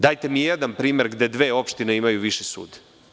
Dajte mi jedan primer gde dve opštine imaju viši sud.